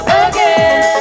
again